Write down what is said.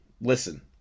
listen